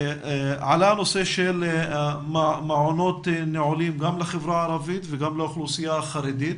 עלה נושא של מעונות נעולים גם לחברה הערבית וגם לאוכלוסייה החרדית.